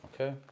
Okay